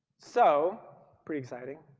so pretty exciting.